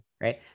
right